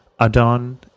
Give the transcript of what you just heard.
Adon